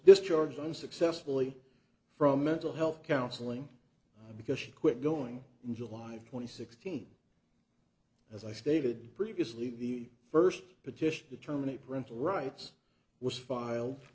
discharged unsuccessfully from mental health counseling because she quit going in july twenty sixth team as i stated previously the first petition to terminate parental rights was file